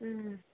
ഉം